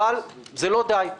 אבל לא די בזה,